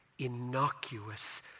innocuous